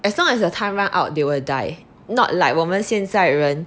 as long as the time run out they will die not like 我们现在人